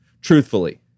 Truthfully